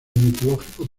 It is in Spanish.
mitológico